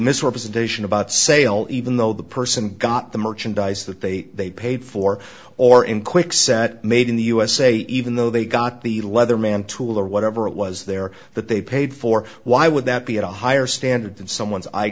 misrepresentation about sale even though the person got the merchandise that they paid for or in kwikset made in the usa even though they got the leather man tool or whatever it was there that they paid for why would that be at a higher standard than someone's i